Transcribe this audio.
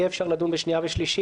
יהיה אפשר לדון בשנייה ושלישית.